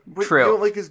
True